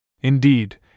Indeed